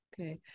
Okay